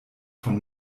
von